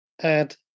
add